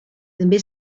també